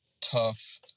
tough